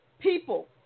People